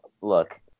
look